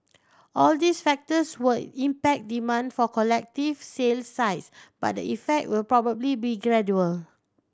all these factors will impact demand for collective sale sites but the effect will probably be gradual